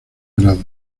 grado